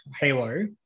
Halo